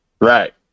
Right